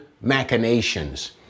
machinations